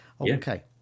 Okay